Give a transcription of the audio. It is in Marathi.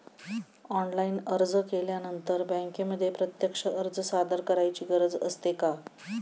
ऑनलाइन अर्ज केल्यानंतर बँकेमध्ये प्रत्यक्ष अर्ज सादर करायची गरज असते का?